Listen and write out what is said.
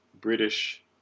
British